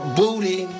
booty